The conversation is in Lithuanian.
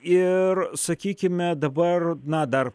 ir sakykime dabar na dar